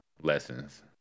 Lessons